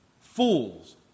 Fools